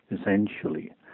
essentially